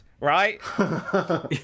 right